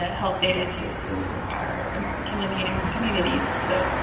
ah health data, to our american indian communities. so